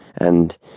And